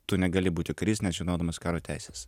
tu negali būti karys nežinodamas karo teisės